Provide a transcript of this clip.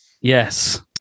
Yes